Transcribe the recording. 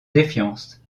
défiance